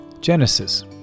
Genesis